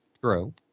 True